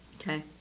Okay